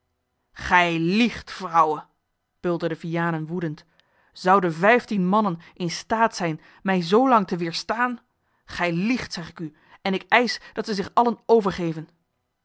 gij liegt vrouwe bulderde vianen woedend zouden vijftien mannen in staat zijn mij zoolang te weêrstaan gij liegt zeg ik u en ik eisch dat zij zich allen overgeven